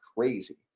Crazy